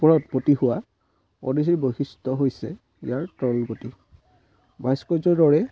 ওপৰত উৎপত্তি হোৱা উদীচীৰ বৈশিষ্ট্য হৈছে ইয়াৰ তৰল গতি ভাস্কয্যৰ দৰে